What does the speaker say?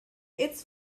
its